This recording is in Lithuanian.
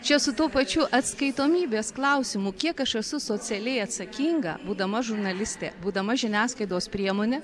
čia su tuo pačiu atskaitomybės klausimu kiek aš esu socialiai atsakinga būdama žurnalistė būdama žiniasklaidos priemonė